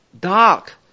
dark